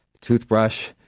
toothbrush